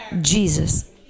Jesus